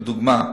לדוגמה,